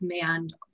command